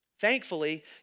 Thankfully